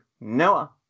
Noah